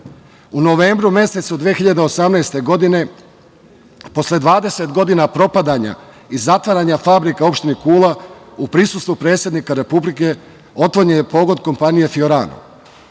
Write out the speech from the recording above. novembru mesecu 2018. godine, posle 20 godina propadanja i zatvaranja fabrika u opštini Kula, u prisustvu predsednika Republike, otvoren je pogon kompanije „Fiorano“.